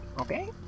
Okay